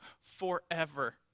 forever